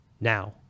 now